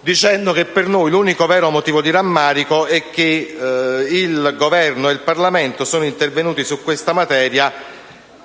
dicendo che per noi l'unico vero motivo di rammarico è che il Governo e il Parlamento sono intervenuti su questa materia